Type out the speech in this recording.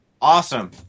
awesome